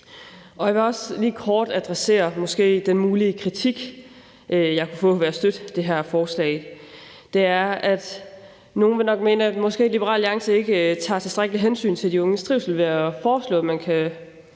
Jeg vil også lige kort adressere den mulige kritik, jeg kunne få ved at støtte det her forslag. Nogle vil nok mene, at Liberal Alliance ikke tager tilstrækkeligt hensyn til de unges trivsel ved at foreslå, at man kan